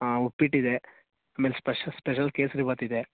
ಹಾಂ ಉಪ್ಪಿಟ್ಟು ಇದೆ ಆಮೇಲೆ ಸ್ಪೆಷಲ್ ಸ್ಪೆಷಲ್ ಕೇಸರಿ ಭಾತಿದೆ